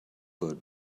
good